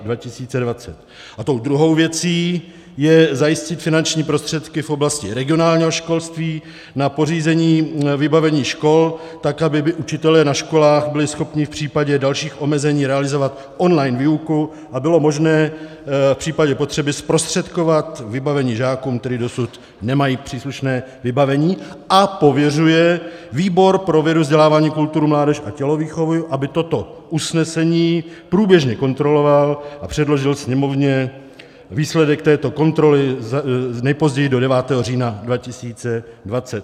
A tou druhou věcí je zajistit finanční prostředky v oblasti regionálního školství na pořízení vybavení škol tak, aby učitelé na školách byli schopni v případě dalších omezení realizovat online výuku a bylo možné v případě potřeby zprostředkovat vybavení žákům, kteří dosud nemají příslušné vybavení, a pověřuje výbor pro vědu, vzdělávání, kulturu, mládež a tělovýchovu, aby toto usnesení průběžně kontroloval a předložil Sněmovně výsledek této kontroly nejpozději do 9. října 2020.